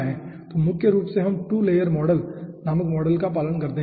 तो मुख्य रूप से हम टू लेयर मॉडल नामक मॉडल का पालन करते हैं